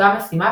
אותה משימה,